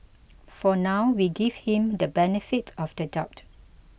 for now we give him the benefit of the doubt